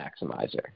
maximizer